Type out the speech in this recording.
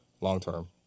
long-term